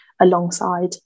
alongside